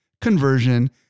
conversion